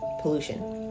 pollution